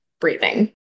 breathing